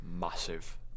massive